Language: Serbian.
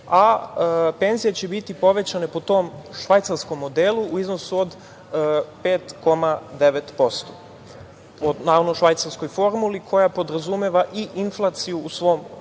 a penzije će biti povećane po tom švajcarskom modelu u iznosu od 5,9%, naravno po švajcarskoj formuli koja podrazumeva i inflaciju u svom